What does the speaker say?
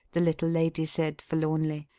the little lady said, forlornly.